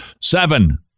Seven